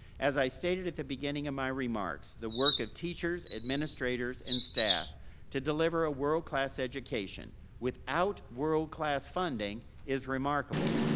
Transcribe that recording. as i stated at the beginning of my remarks, the work of teachers, administrators, and staff to deliver a world class education without world class funding is remarkable.